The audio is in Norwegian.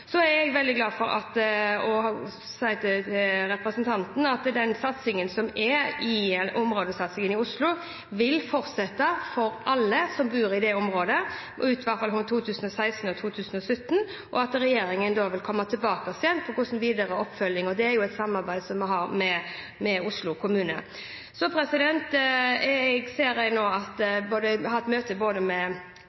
Så er jeg veldig glad for å kunne si til representanten at den områdesatsingen som er i Oslo, vil fortsette for alle som bor i det området, i hvert fall i 2016 og i 2017, og regjeringen vil da komme tilbake til den videre oppfølgingen. Det er et samarbeid som vi har med Oslo kommune. Så har jeg hatt møte med de kommunene som ønsker at vi har en bedre innretning på det med